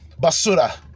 Basura